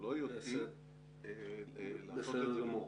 בסדר גמור.